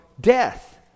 death